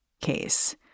case